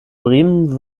bremen